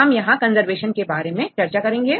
हम यहां कंजर्वेशन के बारे में चर्चा करेंगे